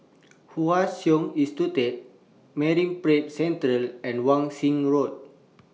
Hwa Chong Institution Marine Parade Central and Wan Shih Road